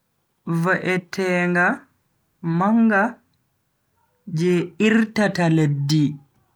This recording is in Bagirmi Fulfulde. Va'etenga manga je irtata leddi.